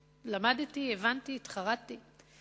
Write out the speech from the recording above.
למדתי, הבנתי, התחרטתי.